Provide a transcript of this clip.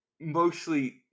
Mostly